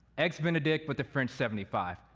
eggs benedict with the french seventy five,